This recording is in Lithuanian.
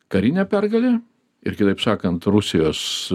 karinė pergalė ir kitaip sakant rusijos